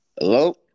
Hello